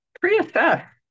pre-assess